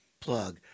plug